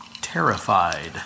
Terrified